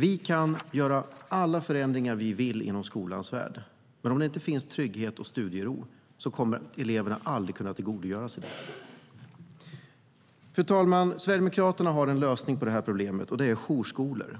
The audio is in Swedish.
Vi kan göra alla förändringar vi vill inom skolans värld, men om det inte finns trygghet och studiero kommer eleverna aldrig att kunna tillgodogöra sig lärandet. Fru talman! Sverigedemokraterna har en lösning på det här problemet, och det är jourskolor.